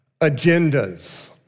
Agendas